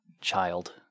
child